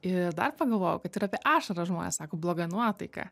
ir dar pagalvojau kad ir apie ašaras žmonės sako bloga nuotaika